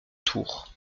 tours